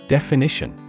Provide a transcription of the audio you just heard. Definition